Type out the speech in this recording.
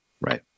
Right